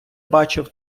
бачив